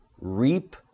reap